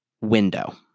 window